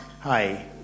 Hi